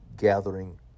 gathering